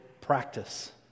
practice